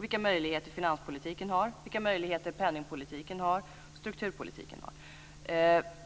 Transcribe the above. vilka möjligheter finanspolitiken har, vilka möjligheter penningpolitiken har och vilka möjligheter strukturpolitiken har.